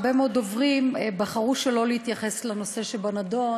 הרבה מאוד דוברים בחרו שלא להתייחס לנושא שבנדון,